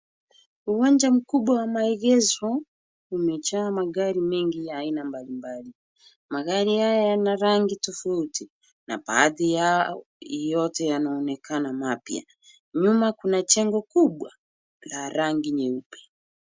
Uwanja mkubwa wa maegezo umejaa magari mengi ya aina mbalimbali, magari haya yana rangi tofauti, na baadhi yao yote yanaonekana mapya, nyuma kuna jengo kubwa la rangi nyeupe.